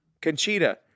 Conchita